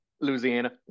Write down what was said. Louisiana